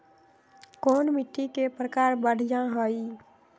कोन मिट्टी के प्रकार बढ़िया हई?